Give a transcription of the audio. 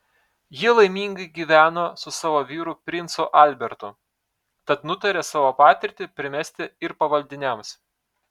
ji laimingai gyveno su savo vyru princu albertu tad nutarė savo patirtį primesti ir pavaldiniams